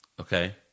Okay